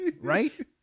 Right